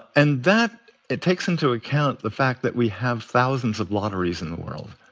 and that it takes into account the fact that we have thousands of lotteries in the world.